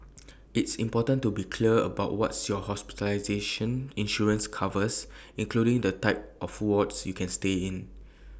it's important to be clear about what your hospitalization insurance covers including the type of wards you can stay in